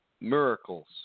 miracles